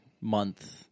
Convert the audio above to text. month